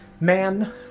man